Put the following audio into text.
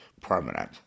permanent